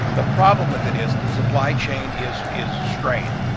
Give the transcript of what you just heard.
the problem with it is the supply chain is is strained,